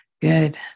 Good